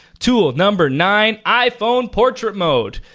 tool number nine, iphone portrait mode.